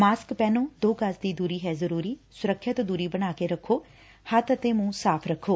mask ਪਹਿਨੋ ਦੋ ਗਜ਼ ਦੀ ਦੁਰੀ ਹੈ ਜ਼ਰੁਰੀ ਸੁਰੱਖਿਅਤ ਦੁਰੀ ਬਣਾ ਕੇ ਰਖੋ ਹੱਬ ਅਤੇ ਮੁੰਹ ਸਾਫ਼ ਰੱਖੋ